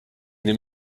them